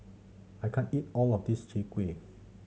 I can't eat all of this Chai Kueh